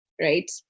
right